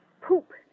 poop